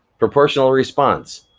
proportionalresponse,